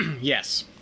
yes